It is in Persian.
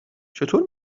چطور